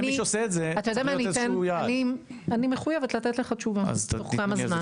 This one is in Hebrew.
אני מחויבת לתת לך תשובה תוך כמה זמן.